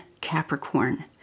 Capricorn